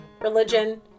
religion